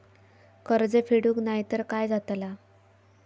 कर्ज फेडूक नाय तर काय जाताला?